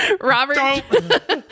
Robert